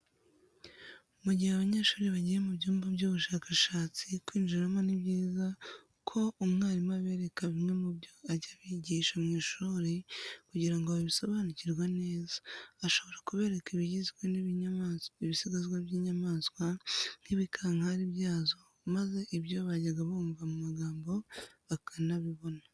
Mu gihe abanyeshuri bagiye mu byumba by'ubushakashatsi kwinjiramo ni byiza ko umwarimu abereka bimwe mu byo ajya abigisha mu ishuri kugira ngo babisobanukirwe neza. Ashobora kubereka ibisigazwa by'inyamaswa nk'ibikankari byazo maze ibyo bajyaga bumva mu magambo bakanabibona.